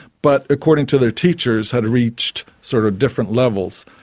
but according to their teachers had reached sort of different levels.